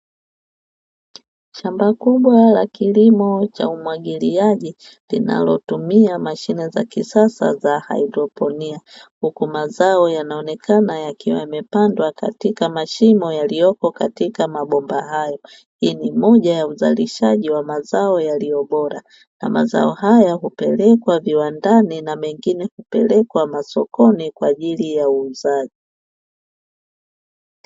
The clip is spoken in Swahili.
Shamba kubwa la kilimo cha umwagiliaji, linalotumia mashine za kisasa za haidroponi, huku mazao yanaonekana yakiwa yamepandwa katika mashimo yaliyopo katika mabomba hayo. Hii ni moja ya uzalishaji wa mazao yaliyo bora na mazao haya hupelekwa viwandani na mengine hupelekwa masokoni kwa ajili uuzwaji.